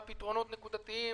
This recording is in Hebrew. המדהימים.